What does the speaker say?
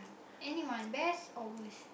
anyone best or worst